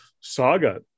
saga